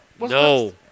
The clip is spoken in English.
No